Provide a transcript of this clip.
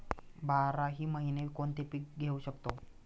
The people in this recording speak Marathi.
बाराही महिने कोणते पीक घेवू शकतो?